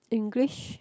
English